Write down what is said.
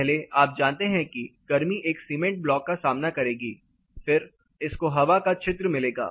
पहले आप जानते हैं कि गर्मी एक सीमेंट ब्लॉक का सामना करेगी फिर इसको हवा का छिद्र मिलेगा